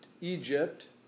Egypt